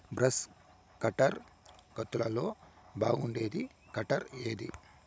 Brush cutter కంతులలో బాగుండేది cutter ఏది?